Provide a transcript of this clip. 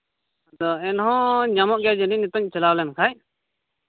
ᱟᱫᱚ ᱮᱱᱦᱚᱸ ᱧᱟᱢᱚᱜ ᱜᱮᱭᱟ ᱡᱩᱫᱤ ᱱᱤᱛᱚᱜ ᱤᱧ ᱪᱟᱞᱣ ᱞᱮᱱᱠᱷᱟᱱ